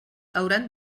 hauran